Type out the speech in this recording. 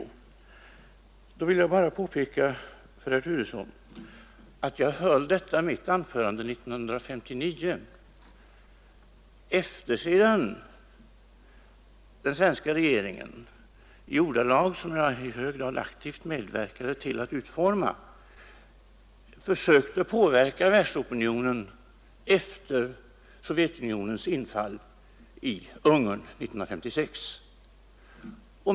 Jag vill bara påpeka för herr Turesson att jag höll mitt anförande 1959, sedan den svenska regeringen, i ordalag som jag i hög grad aktivt medverkade till att utforma, försökte påverka världsopinionen efter Sovjetunionens infall i Ungern 1956.